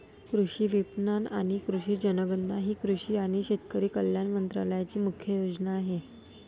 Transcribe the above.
कृषी विपणन आणि कृषी जनगणना ही कृषी आणि शेतकरी कल्याण मंत्रालयाची मुख्य योजना आहे